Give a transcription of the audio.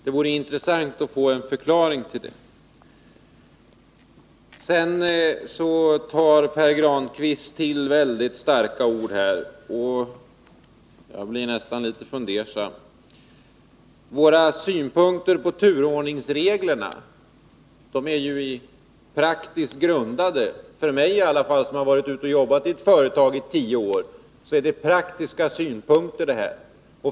Det vore intressant att få en förklaring till det. Pär Grankvist tar till väldigt starka ord, jag blir nästan litet fundersam. Våra synpunkter på turordningsreglerna grundar sig på praktiska erfarenheter.